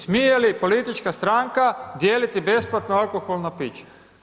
Smije li politička stranka dijeliti besplatno alkoholna pića?